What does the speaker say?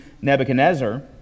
Nebuchadnezzar